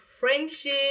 Friendship